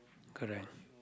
correct